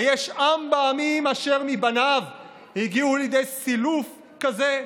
"היש בעמים אשר מבניו הגיעו לידי סילוף כזה,